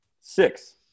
six